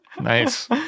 Nice